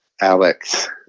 Alex